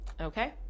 Okay